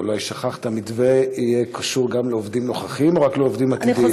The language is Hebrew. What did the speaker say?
אולי שכחת: המתווה יהיה קשור גם לעובדים נוכחיים או רק לעובדים עתידיים?